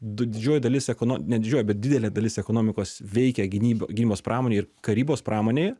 du didžioji dalis ekono ne didžioji bet didelė dalis ekonomikos veikia gynyb gynybos pramonėj ir karybos pramonėje